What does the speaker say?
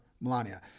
Melania